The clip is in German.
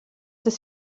des